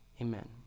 Amen